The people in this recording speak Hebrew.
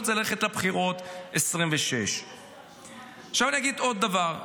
זה ללכת לבחירות 2026. עכשיו אני אגיד עוד דבר,